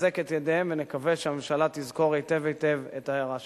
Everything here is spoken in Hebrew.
נחזק את ידיהם ונקווה שהממשלה תזכור היטב היטב את ההערה שלי.